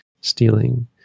Stealing